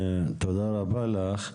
תודה רבה לך.